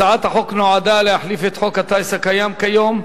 הצעת החוק נועדה להחליף את חוק הטיס הקיים כיום,